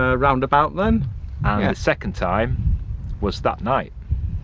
ah roundabout then. a second time was that night.